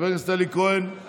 חבר הכנסת אלי כהן,